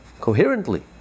coherently